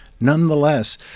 Nonetheless